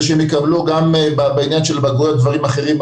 שיקבלו גם בעניין של בגרות דברים אחרים,